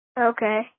Okay